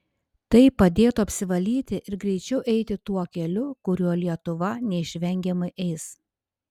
tai padėtų apsivalyti ir greičiau eiti tuo keliu kuriuo lietuva neišvengiamai eis